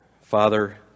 Father